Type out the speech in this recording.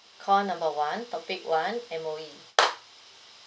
call number one topic one M_O_E